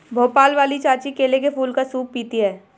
भोपाल वाली चाची केले के फूल का सूप पीती हैं